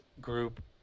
group